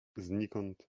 znikąd